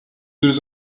deux